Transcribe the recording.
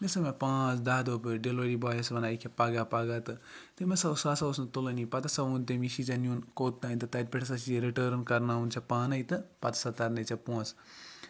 ییٚلہِ ہَسا مےٚ پانٛژھ دہ دۄہ گٔے ڈیلوری بایَس وَنان ییٚکیاہ پَگاہ پَگاہ تہٕ تٔمۍ ہَسا اوس سُہ ہَسا اوس نہٕ تُلانٕے پَتہٕ ہَسا ووٚن تٔمۍ یہِ چھُی ژےٚ نیُن کوٚت تانۍ تہٕ تَتہِ پیٹھِ ہَسا چھُی یہِ رِٹٲرٕن کَرناوُن ژےٚ پانے تہٕ پَتہٕ ہَسا تَرناے ژےٚ پونٛسہِ